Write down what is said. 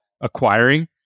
acquiring